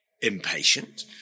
impatient